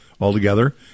altogether